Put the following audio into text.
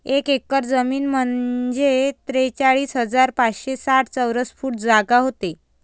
एक एकर जमीन म्हंजे त्रेचाळीस हजार पाचशे साठ चौरस फूट जागा व्हते